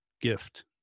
gift